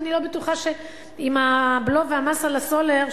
אני לא בטוחה שעם הבלו והמס על הסולר,